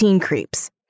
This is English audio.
Creeps